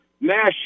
Nash